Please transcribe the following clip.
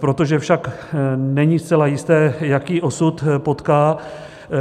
Protože však není zcela jisté, jaký osud potká